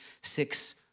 six